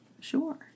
Sure